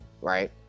right